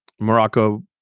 Morocco